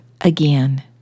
again